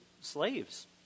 slaves